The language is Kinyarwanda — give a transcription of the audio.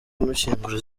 kumushyingura